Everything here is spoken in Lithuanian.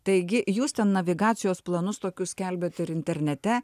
taigi jūs ten navigacijos planus tokius skelbėt ir internete